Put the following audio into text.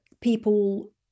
people